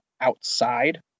outside